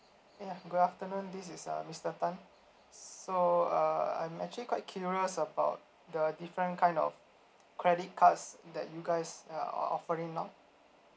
ya good afternoon this is uh mister tan so uh I am actually quite curious about the different kind of credit cards that you guys are offering now